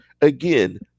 Again